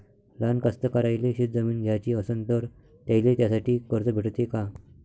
लहान कास्तकाराइले शेतजमीन घ्याची असन तर त्याईले त्यासाठी कर्ज भेटते का?